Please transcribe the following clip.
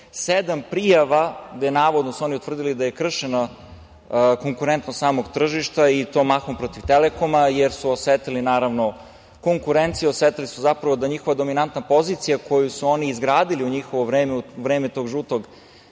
sedam prijava, gde su oni navodno utvrdili da je kršena konkurentnost samog tržišta i to mahom protiv „Telekoma“, jer su osetili konkurenciju, osetili su zapravo da njihova dominantna pozicija koju su oni izgradili u njihovo vreme, u